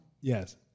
Yes